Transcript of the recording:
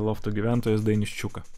lofto gyventojas dainius ščiuka